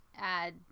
add